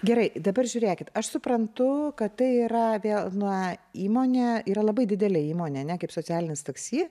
gerai dabar žiūrėkit aš suprantu kad tai yra vėl na įmonė yra labai didelė įmonė ar ne kaip socialinis taksi